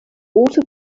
also